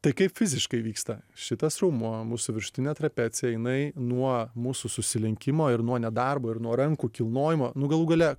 tai kaip fiziškai vyksta šitas raumuo mūsų viršutinė trapecija jinai nuo mūsų susilenkimo ir nuo nedarbo ir nuo rankų kilnojimo nu galų gale